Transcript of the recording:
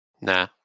Nah